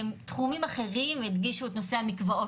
החרגתם את הצבא,